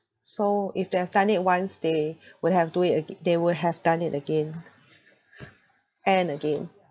so if they have done it once they would have do it aga~ they would have done it again and again